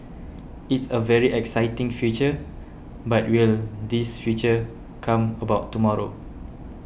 it's a very exciting future but will this future come about tomorrow